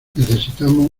necesitamos